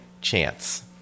Chance